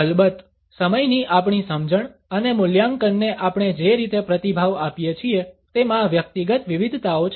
અલબત્ત સમયની આપણી સમજણ અને મૂલ્યાંકનને આપણે જે રીતે પ્રતિભાવ આપીએ છીએ તેમાં વ્યક્તિગત વિવિધતાઓ છે